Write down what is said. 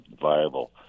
viable